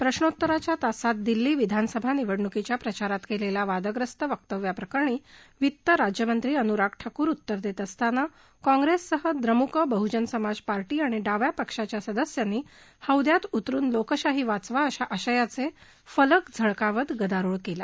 प्रश्नोत्तराच्या तासात दिल्ली विधानसभा निवडणुकीच्या प्रचारात केलेल्या वादग्रस्त वक्तव्याप्रकरणी वित्त राज्यमंत्री अनुराग ठाकूर उत्तर देत असताना काँप्रेससह द्रमुक बह्जन समाज पार्टी आणि डाव्या पक्षाच्या सदस्यांनी हौद्यात उतरून लोकशाही वाचवा अशा आशयाचे फलक झळकावत गदारोळ केला